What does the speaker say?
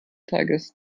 tages